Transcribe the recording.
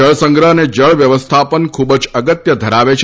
જળ સંગ્રહ અને જળ વ્યવસ્થાપન ખૂબ જ અગત્ય ધરાવે છે